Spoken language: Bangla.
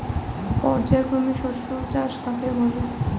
পর্যায়ক্রমিক শস্য চাষ কাকে বলে?